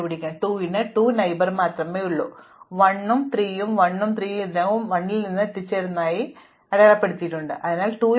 അതിനാൽ 2 ന് 2 അയൽക്കാർ മാത്രമേയുള്ളൂ 1 ഉം 3 ഉം 1 ഉം 3 ഉം ഇതിനകം 1 ൽ നിന്ന് എത്തിച്ചേരാവുന്നതായി അടയാളപ്പെടുത്തിയിട്ടുണ്ടെന്ന് മാറുന്നു ഞങ്ങൾ ഇതിനെക്കുറിച്ച് ഒന്നും ചെയ്യുന്നില്ല